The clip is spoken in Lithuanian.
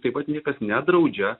taip pat niekas nedraudžia